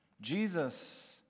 Jesus